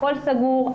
הכול סגור.